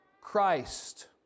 Christ